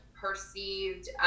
perceived